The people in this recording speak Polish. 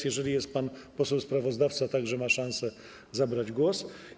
Jeżeli jest pan poseł sprawozdawca, także ma szansę zabrać głos.